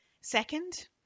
Second